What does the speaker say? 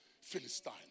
philistine